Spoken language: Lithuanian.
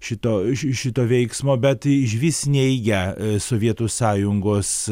šito šito veiksmo bet išvis neigia sovietų sąjungos